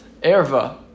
erva